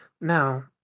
now